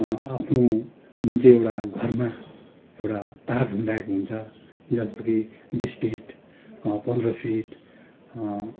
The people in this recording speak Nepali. आफ्नो जुन चाहिँ एउटा घरमा एउया तार झुण्डाएको हुन्छ जस्तो कि बिस फिट पन्ध्र फिट